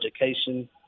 education